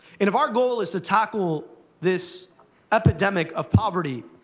and if our goal is to tackle this epidemic of poverty,